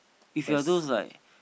if you're those like